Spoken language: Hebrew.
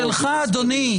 שלך, אדוני.